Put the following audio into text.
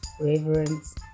reverence